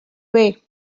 way